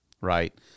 Right